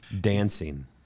dancing